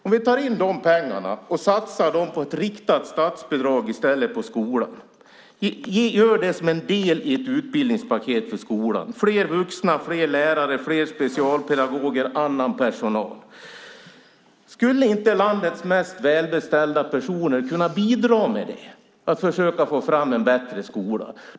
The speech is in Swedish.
Om vi tar in de pengarna kan vi i stället satsa dem på ett riktat statsbidrag till skolan och göra det som en del av ett utbildningspaket för skolan. Det skulle innebära fler vuxna, fler lärare, fler specialpedagoger och annan personal. Skulle inte landets mest välbeställda personer kunna bidra med att försöka få fram en bättre skola?